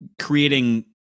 creating